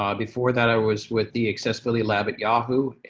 um before that, i was with the accessibility lab at yahoo,